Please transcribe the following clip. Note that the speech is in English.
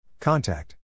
Contact